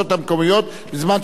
אבל אתה יכול גם לקבוע תאריך,